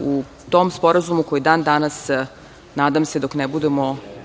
u tom sporazumu, koji dan danas, nadam se dok ne budemo